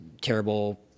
terrible